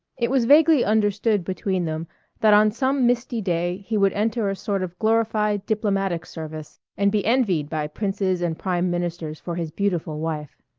it was vaguely understood between them that on some misty day he would enter a sort of glorified diplomatic service and be envied by princes and prime ministers for his beautiful wife.